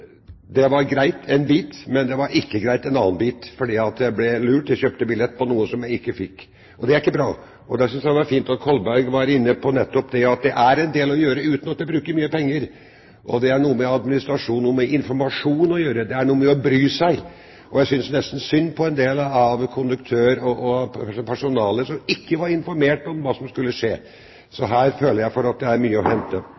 Det var greit en bit, men ikke greit en annen bit, for jeg ble lurt – jeg kjøpte billett på noe som jeg ikke fikk. Det er ikke bra. Derfor synes jeg det er fint at Kolberg var inne på nettopp det at det er en del å gjøre uten at en bruker mye penger. Det har noe med administrasjon og informasjon å gjøre, det har noe med å bry seg å gjøre. Jeg synes nesten synd på en del av konduktørene og personalet som ikke var informert om hva som skulle skje. Så her føler jeg at det er mye å hente.